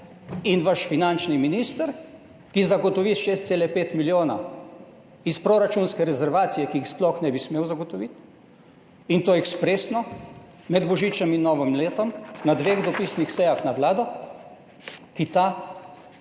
in vaš finančni minister, ki zagotovi 6,5 milijona iz proračunske rezervacije, ki jih sploh ne bi smel zagotoviti in to ekspresno med božičem in novim letom na dveh dopisnih sejah na Vlado, ki ta